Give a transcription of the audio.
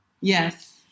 Yes